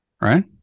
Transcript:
right